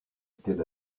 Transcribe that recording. telle